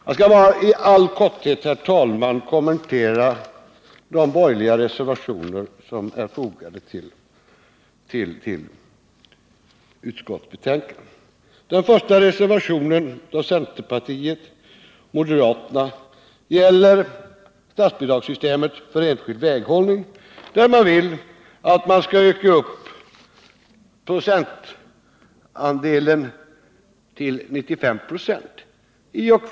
Jag skall iall korthet kommentera de borgerliga reservationer som är fogade till utskottsbetänkandet. Reservationen 1, som kommer från centerpartiet och moderaterna, gäller statsbidragssystemet för enskild väghållning. Man vill att normalbidraget skall höjas med fem procentenheter upp till 95 96.